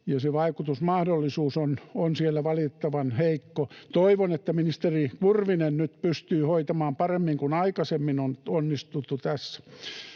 se vaikutusmahdollisuus on siellä valitettavan heikko. Toivon, että ministeri Kurvinen nyt pystyy hoitamaan paremmin kuin aikaisemmin on onnistuttu tässä.